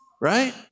right